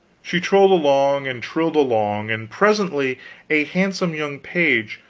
she trilled along, and trilled along, and presently a handsome young page,